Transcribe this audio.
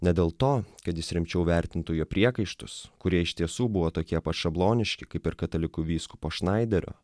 ne dėl to kad jis rimčiau vertintų jo priekaištus kurie iš tiesų buvo tokie pat šabloniški kaip ir katalikų vyskupo šnaiderio